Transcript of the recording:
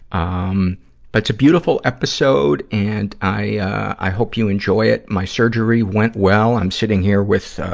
um but it's beautiful episode. and i, ah, hope you enjoy it. my surgery went well. i'm sitting here with, ah,